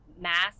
mass